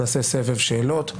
נעשה סבב שאלות,